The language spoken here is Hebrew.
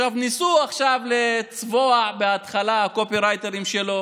עכשיו, בהתחלה הקופירייטרים שלו